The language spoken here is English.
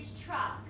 truck